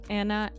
Anna